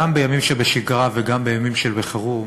גם בימים של שגרה וגם בימים של חירום,